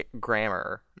grammar